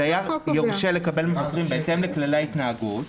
דייר יורשה לקבל מבקרים בהתאם לכללי ההתנהגות.